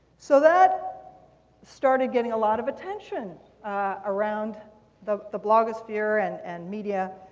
so that started getting a lot of attention around the the blogosphere and and media.